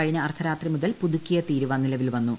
കഴിഞ്ഞ അർദ്ധരാത്രി മുതൽ പുതുക്കിയ തീരുവ നിലവിൽ വന്നു